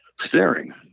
staring